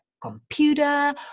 computer